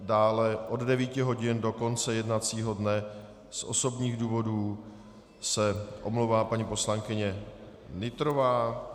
Dále od 9 hodin do konce jednacího dne z osobních důvodů se omlouvá paní poslankyně Nytrová.